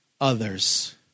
others